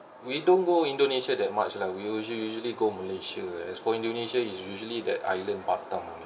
we don't go indonesia that much lah we usually go malaysia as for indonesia is usually that island batam only